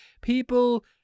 people